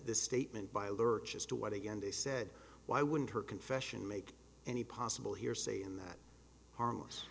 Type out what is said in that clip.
this statement by a lurch as to what again they said why wouldn't her confession make any possible hearsay in that harmless